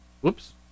Whoops